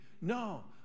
No